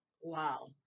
wow